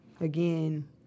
Again